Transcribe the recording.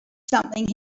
something